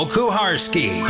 Kuharski